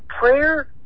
prayer